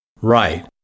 Right